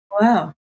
Wow